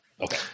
Okay